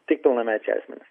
tik pilnamečiai asmenys